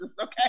okay